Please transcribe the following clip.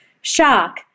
shock